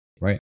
Right